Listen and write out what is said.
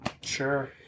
Sure